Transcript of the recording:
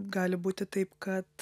gali būti taip kad